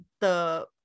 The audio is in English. the-